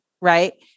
right